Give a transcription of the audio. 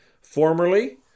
Formerly